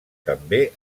també